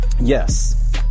Yes